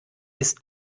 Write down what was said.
ist